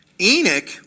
Enoch